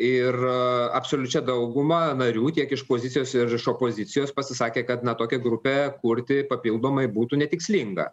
ir absoliučia dauguma narių tiek iš pozicijos ir iš opozicijos pasisakė kad na tokią grupę kurti papildomai būtų netikslinga